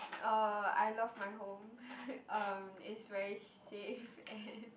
uh I love my home um it's very safe and